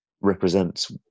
represents